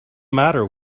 matter